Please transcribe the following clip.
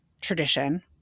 tradition